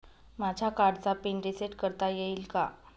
माझ्या कार्डचा pin reset करता येईल का?